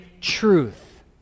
truth